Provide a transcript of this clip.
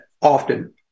often